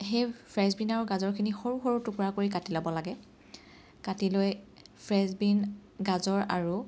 সেই ফ্ৰেঞ্চবিন আৰু গাজৰখিনি সৰু সৰু টুকুৰা কৰি কাটি ল'ব লাগে কাটি লৈ ফ্ৰেঞ্চবিন গাজৰ আৰু